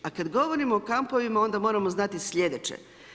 A kad govorimo o kampovima onda moramo znati slijedeće.